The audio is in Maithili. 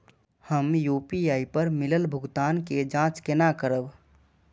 हम यू.पी.आई पर मिलल भुगतान के जाँच केना करब?